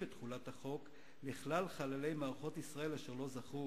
את תחולת החוק על כלל חללי מערכות ישראל אשר לא זכו